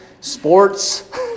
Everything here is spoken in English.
sports